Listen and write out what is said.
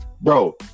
Bro